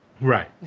Right